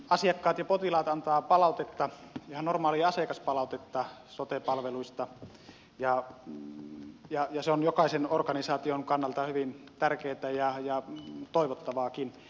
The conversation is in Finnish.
asiakkaat ja potilaat antavat palautetta ihan normaalia asiakaspalautetta sote palveluista ja se on jokaisen organisaation kannalta hyvin tärkeää ja toivottavaakin